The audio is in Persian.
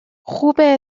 خوب